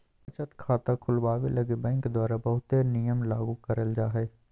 बचत खाता खुलवावे लगी बैंक द्वारा बहुते नियम लागू करल जा हय